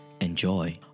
Enjoy